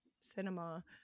cinema